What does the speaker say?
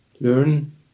learn